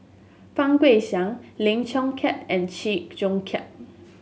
Fang Guixiang Lim Chong Keat and Chew Joo Chiat